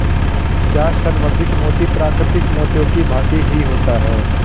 क्या संवर्धित मोती प्राकृतिक मोतियों की भांति ही होता है?